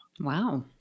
Wow